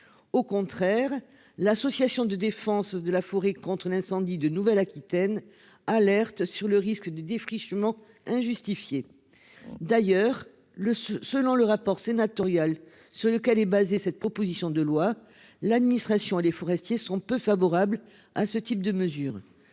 Au contraire, l'association de défense de la forêt contre un incendie de Nouvelle Aquitaine, alerte sur le risque de défrichement injustifiée. D'ailleurs le selon le rapport sénatorial sur lequel est basé cette proposition de loi, l'administration et les forestiers sont peu favorables à ce type de mesures.